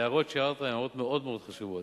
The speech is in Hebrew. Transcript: ההערות שהערת הן הערות מאוד מאוד חשובות.